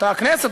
אותה הכנסת,